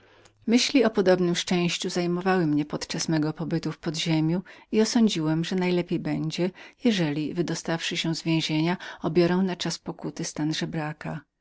myśli o podobnem szczęściu zajmowały mnie podczas mego pobytu w podziemiu i osądziłem że najlepiej będzie jeżeli raz wydostawszy się z więzienia przez dwa lata pokuty obiorę stan żebraka